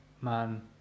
man